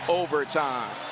overtime